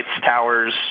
towers